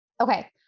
Okay